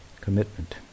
commitment